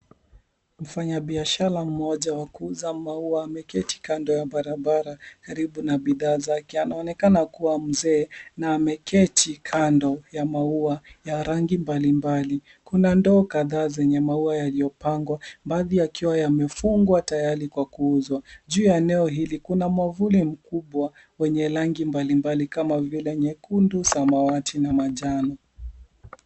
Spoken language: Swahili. Mfanyabiashara mmoja wa kuuza maua ameketi kando ya barabara karibu na bidhaa zake. Anaonekana kuwa mzee na ameketi kando ya maua ya rangi mbalimbali. Kuna ndoo kadhaa zenye maua yaliyopangwa baadhi yakiwa yamefungwa tayari kwa kuuzwa. Juu ya eneo hili kuna mwavuli mkubwa wenye rangi mbalimbali kama vile nyekundu, samawati na majano.